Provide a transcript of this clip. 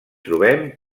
trobem